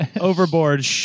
Overboard